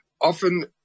often